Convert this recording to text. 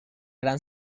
gran